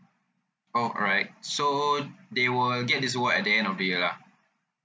orh alright so they will get this award at the end of the year lah